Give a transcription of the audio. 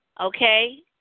okay